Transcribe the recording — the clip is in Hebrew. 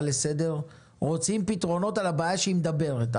לסדר רוצים פתרונות לבעיה שהיא מדברת.